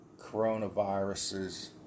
coronaviruses